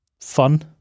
fun